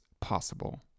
possible